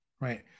Right